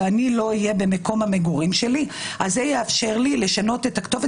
ואני לא אהיה במקום המגורים שלי זה יאפשר לי לשנות את הכתובת